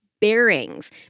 Bearings